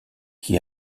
qui